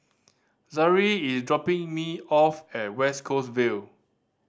Zaire is dropping me off at West Coast Vale